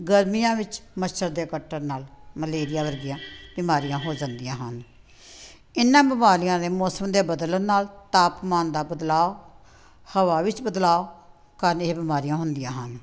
ਗਰਮੀਆਂ ਵਿੱਚ ਮੱਛਰ ਦੇ ਕੱਟਣ ਨਾਲ ਮਲੇਰੀਆ ਵਰਗੀਆਂ ਬਿਮਾਰੀਆਂ ਹੋ ਜਾਂਦੀਆਂ ਹਨ ਇਹਨਾਂ ਬਿਮਾਰੀਆਂ ਦੇ ਮੌਸਮ ਦੇ ਬਦਲਣ ਨਾਲ ਤਾਪਮਾਨ ਦਾ ਬਦਲਾਓ ਹਵਾ ਵਿੱਚ ਬਦਲਾਓ ਕਾਰਨ ਇਹ ਬਿਮਾਰੀਆਂ ਹੁੰਦੀਆਂ ਹਨ